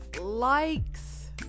likes